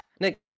Nick